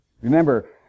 Remember